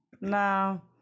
no